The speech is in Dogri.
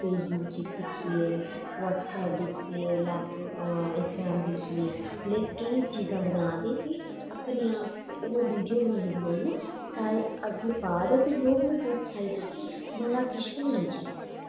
फेसबुक च दिक्खियै व्हाट्सएप दिक्खियै इंस्टाग्राम दिक्खियै केईं चीजां बना दे कि ते अपने आप होर वीडियो बनाई बनाई सारे अग्गें पा दे ते लोग बी प्रोत्साहित कि बड़ा किश बी नेईं चाहिदा